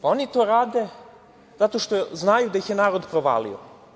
Pa, oni to rade zato što znaju da ih je narod provalio.